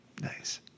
Nice